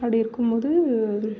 அப்படி இருக்கும்போது